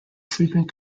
frequent